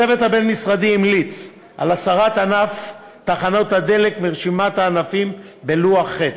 הצוות הבין-משרדי המליץ על הסרת ענף תחנות הדלק מרשימת הענפים בלוח ח',